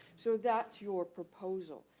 so that's your proposal.